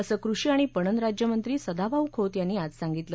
असे कृषी आणि पणन राज्यमंत्री सदाभाऊ खोत यांनी आज सांगितलं